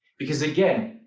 because again,